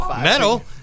Metal